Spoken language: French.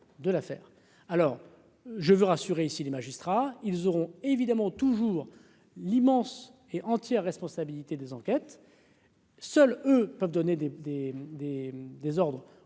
de l'affaire, alors je veux rassurer ici les magistrats, ils auront évidemment toujours l'immense et entière responsabilité des enquêtes. Seuls eux peuvent donner des des